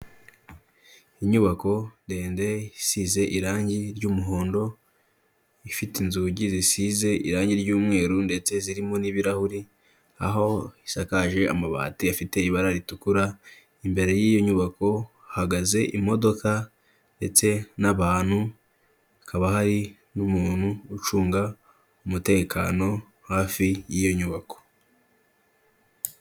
Inyubako ndende, isize irangi ry'umuhondo, ifite inzugi zisize irangi ry'umweru ndetse zirimo n'ibirahuri, aho isakaje amabati afite ibara ritukura, imbere y'iyo nyubako hahagaze imodoka ndetse n'abantu, hakaba hari n'umuntu ucunga umutekano, hafi y'iyo nyubako.